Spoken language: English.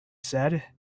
said